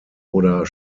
oder